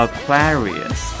Aquarius